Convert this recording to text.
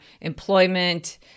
employment